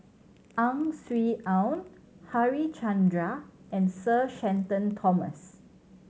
Ang Swee Aun Harichandra and Sir Shenton Thomas